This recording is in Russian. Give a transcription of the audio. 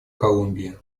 колумбии